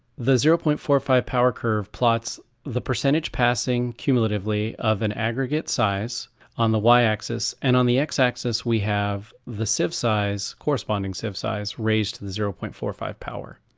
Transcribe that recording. the zero point four five power curve plots the percentage passing cumulatively of an aggregate size on the y-axis and on the x-axis we have the sieve size, corresponding sieve size raised to the zero point four five power.